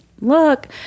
look